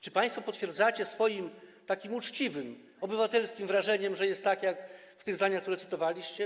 Czy państwo potwierdzacie swoim takim uczciwym, obywatelskim wrażeniem, że jest tak, jak w tych zdaniach, które cytowaliście?